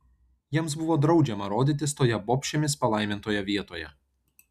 jiems buvo draudžiama rodytis toje bobšėmis palaimintoje vietoje